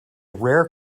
rare